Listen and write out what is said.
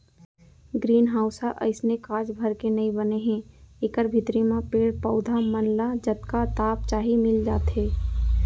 green house ह अइसने कांच भर के नइ बने हे एकर भीतरी म पेड़ पउधा मन ल जतका ताप चाही मिल जाथे